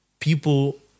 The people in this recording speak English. People